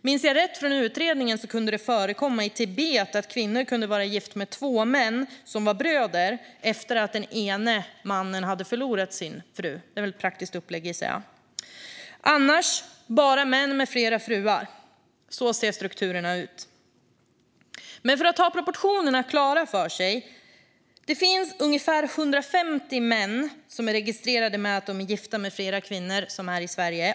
Minns jag rätt från utredningen kunde det förekomma i Tibet att kvinnor kunde vara gifta med två män som var bröder, efter att den ene mannen förlorat sin fru. Det är väl ett praktiskt upplägg, gissar jag. Annars handlar det bara om män med flera fruar. Så ser strukturerna ut. Men för att ha proportionerna klara för sig: Det finns ungefär 150 män som är registrerade som gifta med flera kvinnor i Sverige.